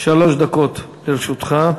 שלוש דקות לרשותך.